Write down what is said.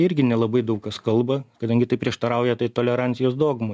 irgi nelabai daug kas kalba kadangi tai prieštarauja tai tolerancijos dogmai